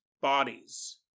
bodies